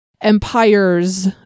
empires